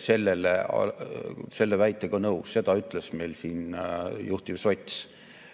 selle väitega nõus. Seda ütles meil siin juhtiv sots.